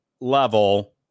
level